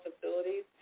facilities